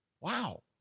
Wow